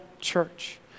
church